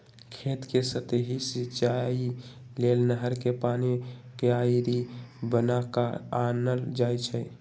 खेत कें सतहि सिचाइ लेल नहर कें पानी क्यारि बना क आनल जाइ छइ